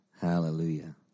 Hallelujah